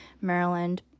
Maryland